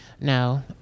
No